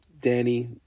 Danny